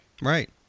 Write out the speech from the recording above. Right